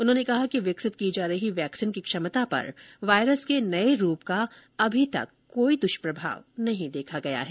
उन्होंने कहा कि विकसित की जा रही वैक्सीन की क्षमता पर वायरस के नए रूप का अभी तक कोई द्ष्प्रभाव नहीं देखा गया है